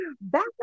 Back